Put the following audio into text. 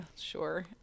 sure